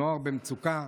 נוער במצוקה,